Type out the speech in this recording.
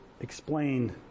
explained